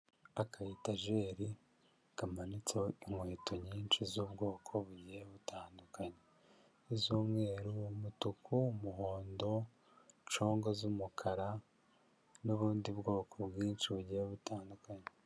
Akayitajeri kamanitseho inkweto nyinshi z'ubwoko bugiye butandukanye: z'umweru, umutuku, umuhondo, nshongo z'umukara n'ubundi bwoko bwinshi bugiye butandukanye.